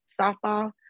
softball